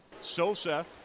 Sosa